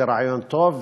זה רעיון טוב,